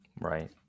right